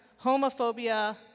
homophobia